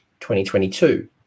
2022